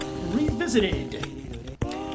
Revisited